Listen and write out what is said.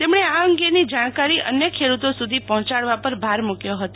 તેમણે આ અંગેની જાણકારી અન્ય ખેડૂતો સુધી પહોયાડવા પર ભાર મુક્યો હતો